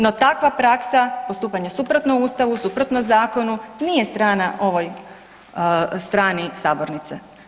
No, takva praksa postupanje suprotno Ustavu, suprotno zakonu nije strana ovoj strani sabornice.